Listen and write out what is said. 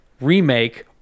remake